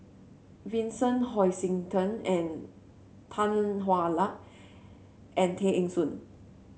Vincent Hoisington and Tan Hwa Luck and Tay Eng Soon